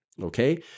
okay